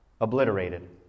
obliterated